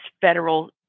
federal